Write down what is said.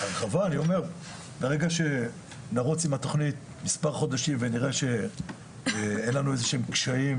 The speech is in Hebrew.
ברגע שנרוץ עם התכנית מספר חודשים ונראה שאין לנו איזה שהם קשיים,